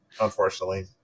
unfortunately